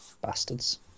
bastards